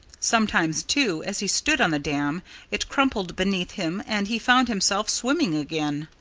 sometimes, too, as he stood on the dam it crumbled beneath him and he found himself swimming again.